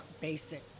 basic